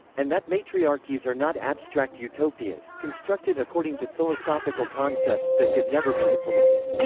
and that matriarchies are not abstract utopias, constructed according to philosophical concepts that could never be implemented.